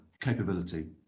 capability